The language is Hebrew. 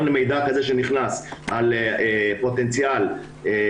כל מידע כזה שנכנס על פוטנציאל כזה